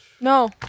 No